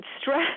stress